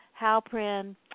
Halprin